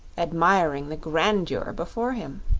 admiring the grandeur before him.